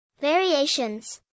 Variations